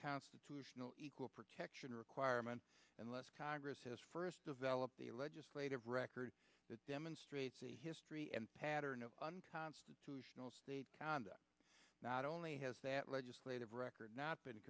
constitutional equal protection requirement unless congress has first developed a legislative record that demonstrates a history and pattern of unconstitutional state conduct not only has that legislative record not been